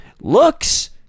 looks